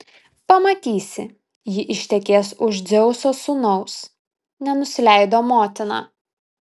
pamatysi ji ištekės už dzeuso sūnaus nenusileido motina